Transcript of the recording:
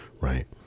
right